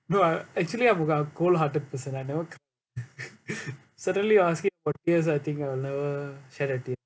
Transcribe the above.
bro I actually I'm a cold hearted person I never cry suddenly you're asking what tears I think I never shed a tear